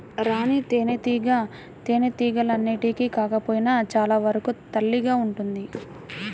రాణి తేనెటీగ తేనెటీగలన్నింటికి కాకపోయినా చాలా వరకు తల్లిగా ఉంటుంది